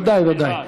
ודאי, ודאי.